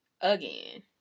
Again